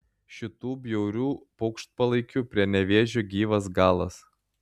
šitų bjaurių paukštpalaikių prie nevėžio gyvas galas